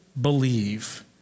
believe